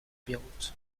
beyrouth